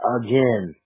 again